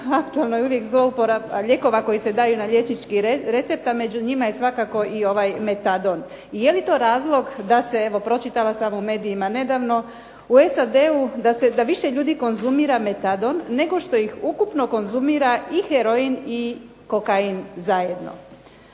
evo …/Ne razumije se./… lijekova koji se daju na liječnički recept, a među njima je svakako i ovaj metadon. Je li to razlog da se evo pročitala sam u medijima nedavno, u SAD-u da više ljudi konzumira metadon, nego što ih ukupno konzumira i heroin i kokain zajedno.